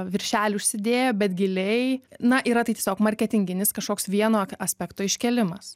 viršelį užsidėję bet giliai na yra tai tiesiog marketinginis kažkoks vieno aspekto iškėlimas